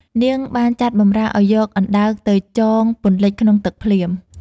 នាង បានចាត់បម្រើឲ្យយកអណ្ដើកទៅ ចងពន្លិចក្នុងទឹកភ្លាម ។